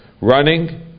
running